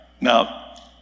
Now